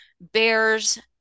bear's